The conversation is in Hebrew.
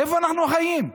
איפה אנחנו חיים?